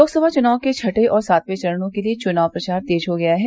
लोकसभा चुनाव के छठें और सातवें चरणों के लिए चुनाव प्रचार तेज हो गया है